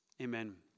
Amen